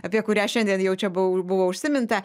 apie kurią šiandien jau čia buvo buvo užsiminta